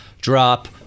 drop